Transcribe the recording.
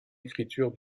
écriture